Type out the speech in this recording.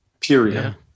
period